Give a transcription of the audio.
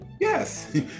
yes